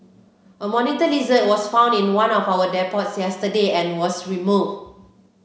a monitor lizard was found in one of our depots yesterday and was removed